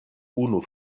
unu